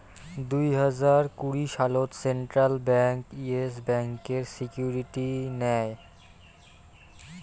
দুই হাজার কুড়ি সালত সেন্ট্রাল ব্যাঙ্ক ইয়েস ব্যাংকতের সিকিউরিটি নেয়